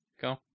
go